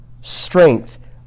strength